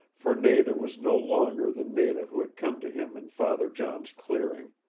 for nada was no longer the nada who had come to him in father john's clearing.